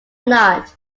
not